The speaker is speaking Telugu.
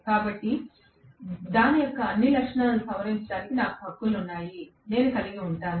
కాబట్టి దాని యొక్క అన్ని లక్షణాలను సవరించడానికి నాకు హక్కులు ఉన్నాయి నేను కలిగి ఉంటాను